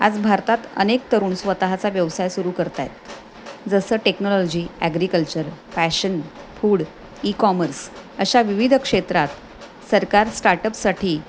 आज भारतात अनेक तरुण स्वतःचा व्यवसाय सुरू करतायत जसं technology agriculture fashion food ecommerce अशा विविध क्षेत्रात सरकार स्टार्टअपसाठी